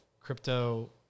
crypto